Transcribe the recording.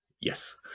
Yes